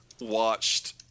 watched